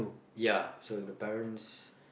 ya so if the parents